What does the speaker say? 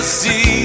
see